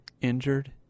injured